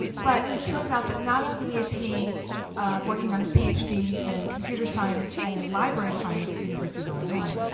but it turns out that not only is he working on his ph d. in computer science and in library science at university of illinois,